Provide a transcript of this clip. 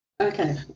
Okay